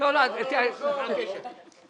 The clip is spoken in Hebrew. אמרנו מחר.